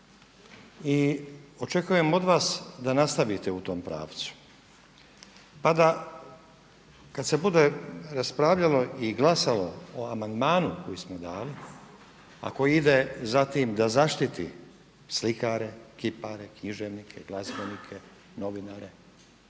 I očekujem od vas da nastavite u tom pravcu pa da kada se bude raspravljalo i glasalo o amandmanu koji smo dali a koji ide za tim da zaštiti slikare, kipare, književnike, glazbenike, novinare,